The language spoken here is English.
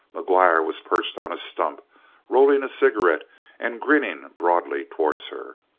mcguire was perched on a stump rolling a cigarette and grinning broadly towards her.